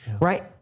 right